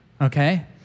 Okay